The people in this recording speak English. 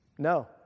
No